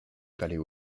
paléo